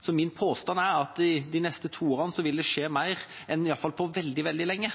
så min påstand er at de neste to årene vil det skje mer enn på iallfall veldig, veldig lenge.